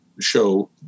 show